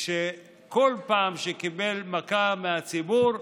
וכל פעם שקיבל מכה מהציבור,